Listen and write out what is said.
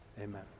amen